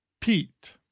Pete